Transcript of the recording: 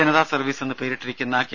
Janata service എന്ന് പേരിട്ടിരിക്കുന്ന K